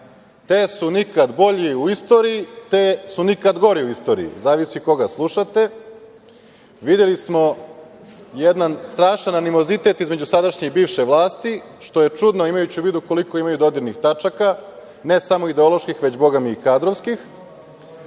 te su nikada bolji u istoriji, te su nikada gori u istoriji, zavisi koga slušate. Videli smo jedan strašan animozitet između sadašnje i bivše vlasti, što je čudno, imajući u vidu koliko imaju dodirnih tačaka, ne samo ideoloških, nego i kadrovskih. Prošlo